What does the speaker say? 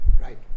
right